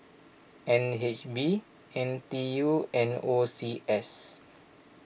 N H B N T U and O C S